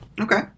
Okay